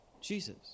Jesus